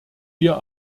wir